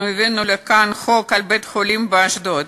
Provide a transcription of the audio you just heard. אנחנו הבאנו לכאן חוק על בית-חולים באשדוד.